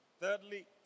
Thirdly